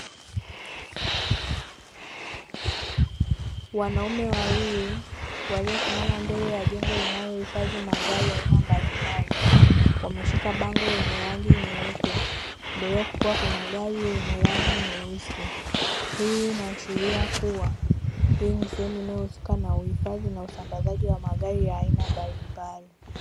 Wanaume wawili waliosimama mbele ya jengo linalohifadhi magari ya aina mbalimbali. Wameshika bango lenye rangi nyeupe mbele yao kukiwa kuna gari yenye rangi nyeusi. Hii inaashiria kuwa hii ni sehemu inayohusika na uhifadhi na usambazaji wa magari ya aina mbalimbali.